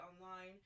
online